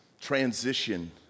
transition